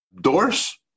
doors